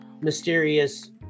mysterious